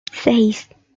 seis